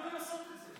למה למסות את זה?